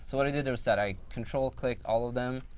so what i did there was that i control, click all of them,